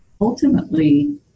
ultimately